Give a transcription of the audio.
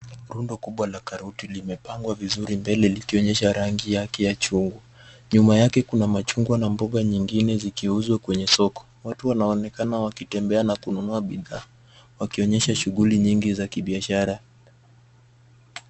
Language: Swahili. Rundo kubwa la karoti limepangwa vizuri mbele ikionyesha rangi yake ya chungu, nyuma yake kuna machungwa na mboga nyingine zikiuzwa kwenye soko ,watu wanaonekana wakitembea na kununua bidhaa wakionyesha shughuli nyingi za kibiashara.